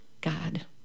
God